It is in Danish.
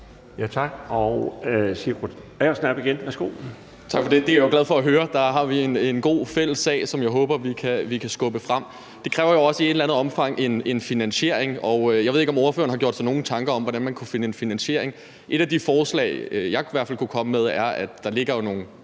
Kl. 21:16 Sigurd Agersnap (SF): Tak for det. Det er jeg jo glad for at høre. Der har vi en god, fælles sag, som jeg håber vi kan skubbe frem. Det kræver jo også i et eller andet omfang en finansiering. Jeg ved ikke, om ordføreren har gjort sig nogen tanker om, hvordan man kunne finde finansiering. Et af de forslag, jeg i hvert fald kunne komme med, er, at der jo ligger nogle